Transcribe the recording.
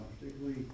particularly